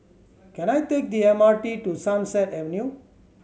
can I take the M R T to Sunset Avenue